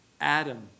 Adam